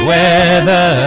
Weather